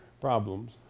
problems